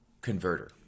converter